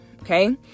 Okay